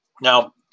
Now